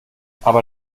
aber